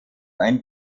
ein